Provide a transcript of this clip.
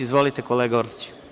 Izvolite, kolega Orliću.